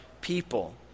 people